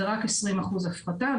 זה רק 20% הפחתה.